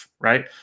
right